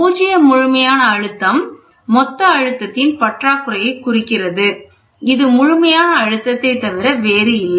பூஜ்ஜியம் முழுமையான அழுத்தம் மொத்த அழுத்தத்தின் பற்றாக்குறையை குறிக்கிறது இது முழுமையான அழுத்தத்தைத் தவிர வேறில்லை